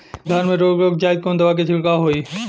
धान में रोग लग जाईत कवन दवा क छिड़काव होई?